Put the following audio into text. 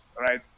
right